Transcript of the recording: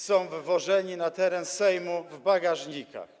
są wwożeni na teren Sejmu w bagażnikach.